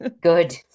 Good